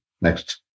next